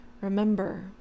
remember